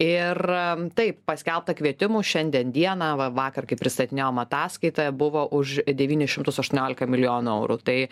ir taip paskelbta kvietimų šiandien dieną va vakar kai pristatinėjom ataskaitą buvo už devynis šimtus aštuoniolika milijonų eurų tai